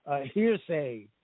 hearsay